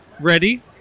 ready